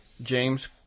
James